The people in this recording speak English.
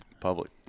Public